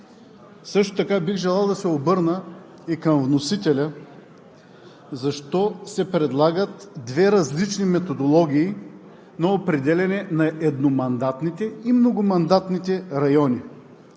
Също така бих желал да се обърна и към вносителя: защо се предлагат две различни методологии на определяне на едномандатните и многомандатните райони?